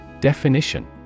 Definition